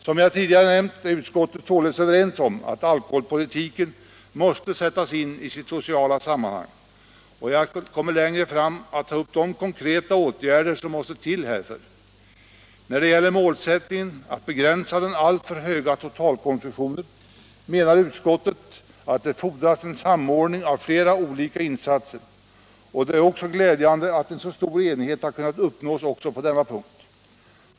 Som jag tidigare nämnt är utskottet således överens om att alkoholpolitiken måste sättas in i sitt sociala sammanhang, och jag kommer längre fram att ta upp de konkreta åtgärder som måste till härför. När det gäller målsättningen att begränsa den alltför höga totalkonsumtionen menar utskottet att det fordras en samordning av flera olika insatser, och det är glädjande att så stor enighet har kunnat uppnås också på denna punkt.